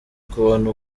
kubona